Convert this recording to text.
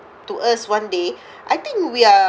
to us one day I think we are